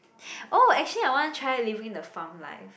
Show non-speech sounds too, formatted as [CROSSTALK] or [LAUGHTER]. [BREATH] oh actually I want try living in the farm life